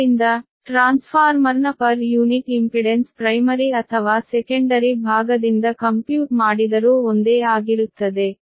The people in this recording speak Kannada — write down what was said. ಆದ್ದರಿಂದ ಟ್ರಾನ್ಸ್ಫಾರ್ಮರ್ನ ಪರ್ ಯೂನಿಟ್ ಇಂಪಿಡೆನ್ಸ್ ಪ್ರೈಮರಿ ಅಥವಾ ಸೆಕೆಂಡರಿ ಭಾಗದಿಂದ ಕಂಪ್ಯೂಟ್ ಮಾಡಿದರೂ ಒಂದೇ ಆಗಿರುತ್ತದೆ